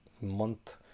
month